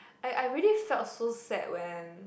I I really felt so sad when